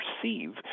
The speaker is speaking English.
perceive